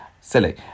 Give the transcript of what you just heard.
Silly